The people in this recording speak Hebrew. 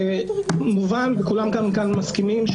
כולם כאן מסכימים,